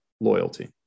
loyalty